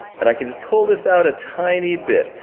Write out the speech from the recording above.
and i can just pull this out a tiny bit.